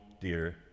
dear